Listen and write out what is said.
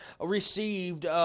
received